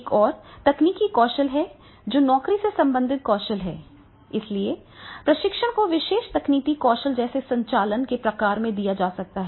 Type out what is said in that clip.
एक और तकनीकी कौशल है जो नौकरी से संबंधित कौशल है इसलिए प्रशिक्षण को विशेष तकनीकी कौशल जैसे संचालन के प्रकार में दिया जा सकता है